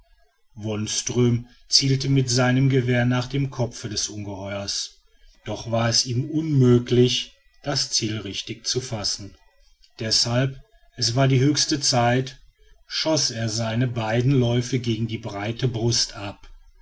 wonström zielte mit seinem gewehr nach den kopfe des ungeheuers doch war es ihm unmöglich das ziel richtig zu fassen deshalb es war die höchste zeit schoß er seine beiden läufe gegen die breite brust ab